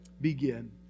begin